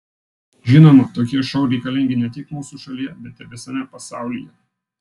žinoma tokie šou reikalingi ne tik mūsų šalyje bet ir visame pasaulyje